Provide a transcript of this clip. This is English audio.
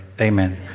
Amen